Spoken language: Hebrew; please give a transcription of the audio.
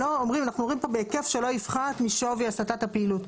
אנחנו אומרים פה בהיקף שלא יפחת משווי הסטת הפעילות?